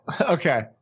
okay